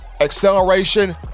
acceleration